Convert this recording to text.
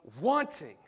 wanting